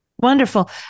Wonderful